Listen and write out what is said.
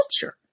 culture